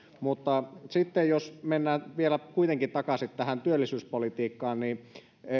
puhemies sitten jos mennään vielä kuitenkin takaisin työllisyyspolitiikkaan niin